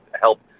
help